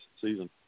season